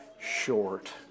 short